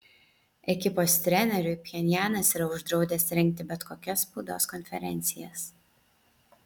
ekipos treneriui pchenjanas yra uždraudęs rengti bet kokias spaudos konferencijas